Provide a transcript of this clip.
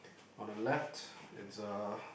on the left it's a